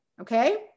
Okay